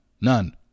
None